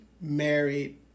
married